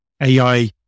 AI